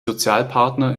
sozialpartner